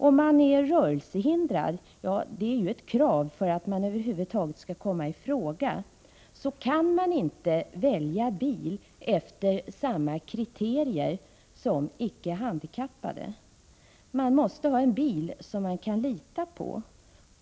Om man är rörelsehindrad —det är ju ett krav för att man över huvud taget skall komma i fråga — kan man inte välja bil efter samma kriterier som icke-handikappade. Man måste ha en bil som man kan lita på.